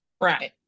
Right